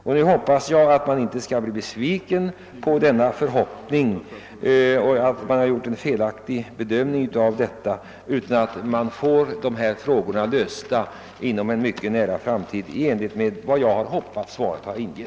Jag vill sluta med att säga att med ledning av statsrådets svar, förutsätter jag att dessa frågor blir lösta inom en mycket nära framtid och i enlighet med vad jag här givit uttryck åt.